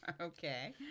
Okay